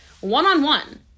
one-on-one